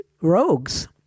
rogues